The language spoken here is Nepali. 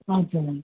हजुर